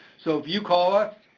so if you call us,